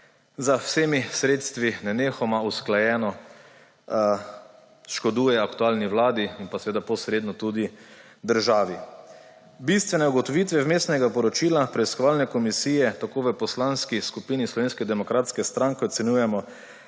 z vsemi sredstvi nenehoma, usklajeno škoduje aktualni vladi in pa seveda posredno tudi državi. Bistvene ugotovitve Vmesnega poročila preiskovalne komisije tako v Poslanski skupini Slovenske demokratske stranke ocenjujemo